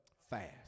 Fast